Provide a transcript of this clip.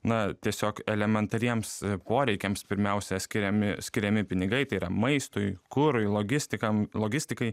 na tiesiog elementariems poreikiams pirmiausia skiriami skiriami pinigai tai yra maistui kurui logistikam logistikai